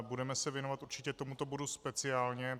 Budeme se věnovat určitě tomuto bodu speciálně.